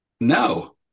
No